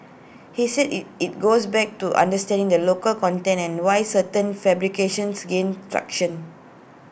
he said IT it goes back to understanding the local content and why certain fabrications gain traction